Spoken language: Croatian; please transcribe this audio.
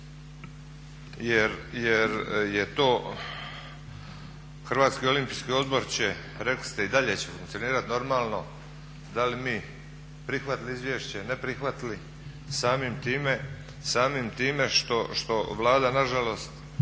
jer je to HOO će rekli i dalje će funkcionirati normalno, da li mi prihvatili izvješće ili ne prihvatili, samim time što Vlada nažalost